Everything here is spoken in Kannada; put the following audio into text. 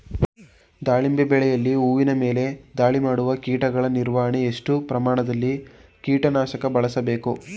ದಾಳಿಂಬೆ ಬೆಳೆಯಲ್ಲಿ ಹೂವಿನ ಮೇಲೆ ದಾಳಿ ಮಾಡುವ ಕೀಟಗಳ ನಿರ್ವಹಣೆಗೆ, ಎಷ್ಟು ಪ್ರಮಾಣದಲ್ಲಿ ಕೀಟ ನಾಶಕ ಬಳಸಬೇಕು?